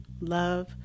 love